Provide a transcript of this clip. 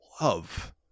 love